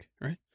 right